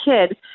kid